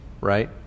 right